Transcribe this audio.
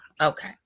okay